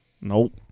Nope